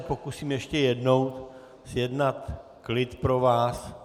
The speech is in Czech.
Pokusím se ještě jednou zjednat klid pro vás.